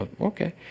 Okay